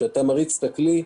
כשאתה מריץ את הכלי,